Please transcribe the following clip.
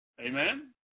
Amen